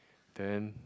then